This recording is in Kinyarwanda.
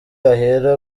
ahera